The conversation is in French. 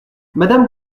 madame